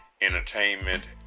entertainment